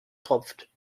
tropft